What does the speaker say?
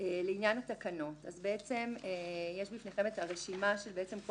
לעניין התקנות יש בפניכם הרשימה של כל